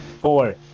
Four